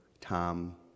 Tom